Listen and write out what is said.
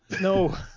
No